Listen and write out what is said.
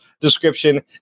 description